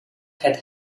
had